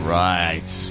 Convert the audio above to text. right